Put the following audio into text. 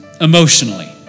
emotionally